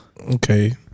Okay